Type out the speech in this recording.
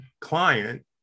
client